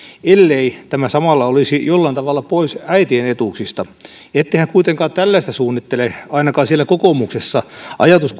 ellei tämä samalla olisi jollain tavalla pois äitien etuuksista ettehän kuitenkaan tällaista suunnittele ainakaan siellä kokoomuksessa ajatus